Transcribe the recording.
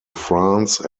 france